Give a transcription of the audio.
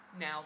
now